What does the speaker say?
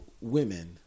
women